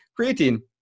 Creatine